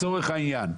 לצורך העניין,